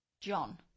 John